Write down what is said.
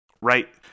right